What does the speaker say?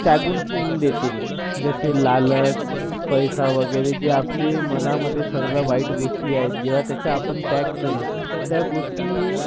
त्यागून देतील जसे लालच पैसा वगैरे जे आपल्या मनामध्ये सर्व वाईट गोष्टी आहे जेव्हा आपण त्याचा त्याग करू त्या गोष्टी